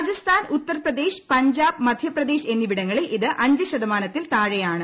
രാജസ്ഥാൻ ഉത്തർപ്രദേശ് പഞ്ചാബ് മധ്യപ്രദേശ് എന്നിവിടങ്ങളിൽ ഇത് അഞ്ച് ശതമാനത്തിൽ താഴെയാണ്